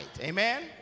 Amen